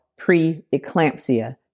preeclampsia